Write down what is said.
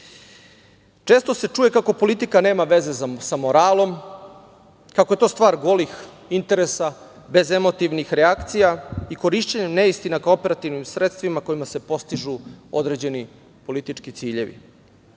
scene. Često se čuje kako politika nema veze sa moralom, kako je to stvar golih interesa, bez emotivnih reakcija i korišćenjem neistina kao operativnim sredstvima kojima se postižu određeni politički ciljevi.